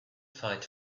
fight